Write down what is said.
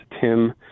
Tim